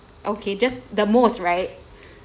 okay just the most right